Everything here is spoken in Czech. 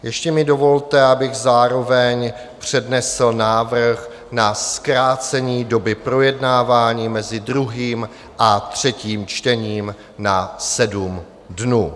Ještě mi dovolte, abych zároveň přednesl návrh na zkrácení doby projednávání mezi druhým a třetím čtením na 7 dnů.